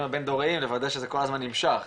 הבין דוריים לוודא שזה כל הזמן נמשך,